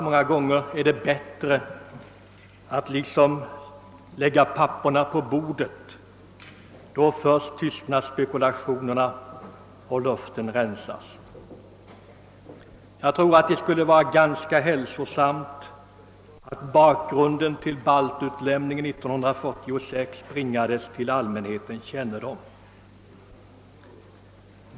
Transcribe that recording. Många gånger är det dock bättre att lägga papperen på bordet, ty då först tystnar spekulationerna och rensas luften. Jag tror det skulle vara ganska hälsosamt, om bakgrunden till baltutlämningen bringades till allmänhetens kännedom.